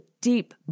Deep